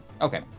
Okay